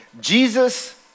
Jesus